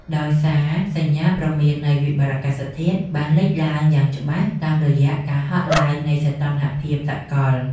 ដោយសារសញ្ញាព្រមាននៃវិបត្តិអាកាសធាតុបានលេចឡើងយ៉ាងច្បាស់តាមរយៈការហក់ឡើងនៃសីតុណ្ហភាពសកល។